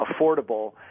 affordable